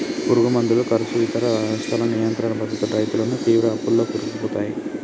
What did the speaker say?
పురుగు మందుల కర్సు ఇతర నష్టాలను నియంత్రణ పద్ధతులు రైతులను తీవ్ర అప్పుల్లో కూరుకుపోయాయి